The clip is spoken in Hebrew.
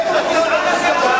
(חברי הכנסת יואל חסון וטלב אלסאנע